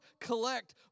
collect